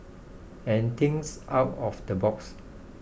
and thinks out of the box